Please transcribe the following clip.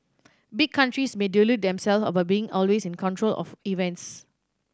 big countries may delude themselves about being always in control of events